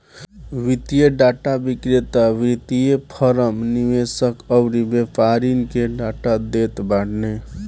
वित्तीय डाटा विक्रेता वित्तीय फ़रम, निवेशक अउरी व्यापारिन के डाटा देत बाने